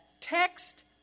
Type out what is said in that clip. text